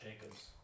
Jacobs